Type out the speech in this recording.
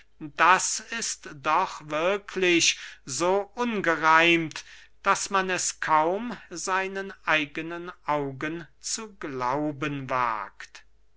das ist doch wirklich so ungereimt daß man es kaum seinen eigenen augen zu glauben wagt